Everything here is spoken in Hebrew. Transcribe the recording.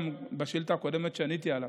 גם בשאילתה הקודמת שעניתי עליה,